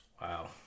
Wow